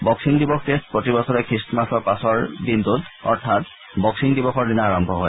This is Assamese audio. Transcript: বক্সিং দিৱস টেষ্ট প্ৰতি বছৰে খ্ৰীষ্টমাছৰ পাছৰ দিনটোত অৰ্থাৎ বক্সিং দিৱসৰ দিনা আৰম্ভ হয়